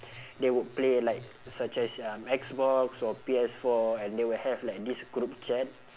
they would play like such as um xbox or P_S four and they would have like this group chat